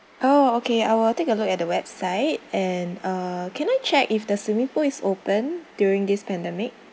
oh okay I will take a look at the website and uh can I check if the swimming pool is open during this pandemic